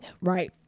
right